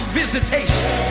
visitation